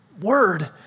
word